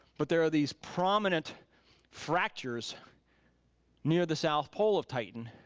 but there are these prominent fractures near the south pole of titan.